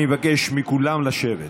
אני מבקש מכולם לשבת.